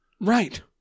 Right